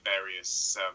various